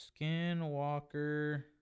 Skinwalker